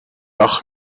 dag